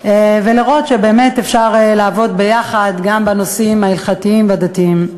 ולראות שבאמת אפשר לעבוד יחד גם בנושאים ההלכתיים והדתיים.